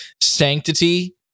sanctity